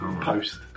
post